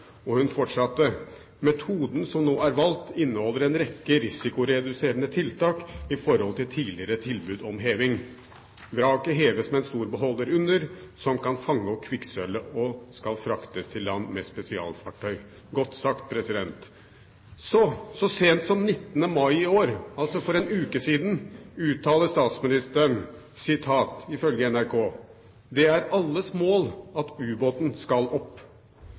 metoden som var valgt, inneholdt en rekke risikoreduserende tiltak i forhold til tidligere tilbud om heving, og Helga Pedersen uttalte i den forbindelse: «Vraket skal heves med en stor beholder under som kan fange opp løst kvikksølv og skal fraktes til land med spesialfartøy.» Godt sagt. Så, så sent som 19. mai i år, altså for én uke siden, uttaler statsministeren, ifølge NRK: «Det er alles mål at ubåten skal opp.»